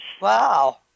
Wow